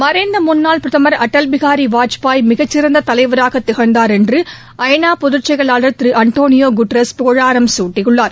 மறைந்த முன்னாள் பிரதம் அடல் பிகாரி வாஜ்பாய் மிகச்சிறந்த தலைவராக திகழ்ந்தார் என்று ஐ ந பொதுச்செயலாளர் திரு ஆண்டனியோ குட்ரஸ் புகழாரம் சூட்டியுள்ளார்